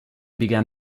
begin